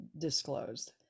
disclosed